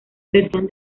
versión